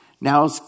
now